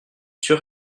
sûr